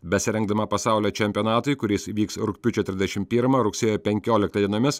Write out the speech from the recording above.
besirengdama pasaulio čempionatui kuris vyks rugpjūčio trisdešim pirmą rugsėjo penkioliktą dienomis